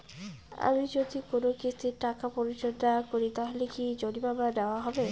আমি যদি কোন কিস্তির টাকা পরিশোধ না করি তাহলে কি জরিমানা নেওয়া হবে?